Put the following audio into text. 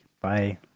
bye